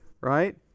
right